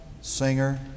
singer